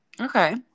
Okay